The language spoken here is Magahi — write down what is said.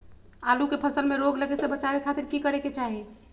आलू के फसल में रोग लगे से बचावे खातिर की करे के चाही?